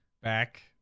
back